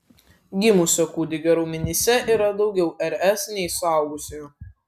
gimusio kūdikio raumenyse yra daugiau rs nei suaugusiojo